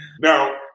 Now